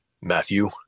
Matthew